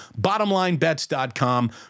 BottomlineBets.com